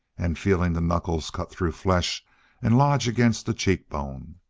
and feeling the knuckles cut through flesh and lodge against the cheekbone.